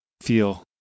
feel